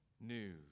news